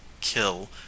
kill